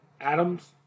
Adams